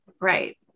right